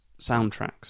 soundtracks